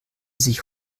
sich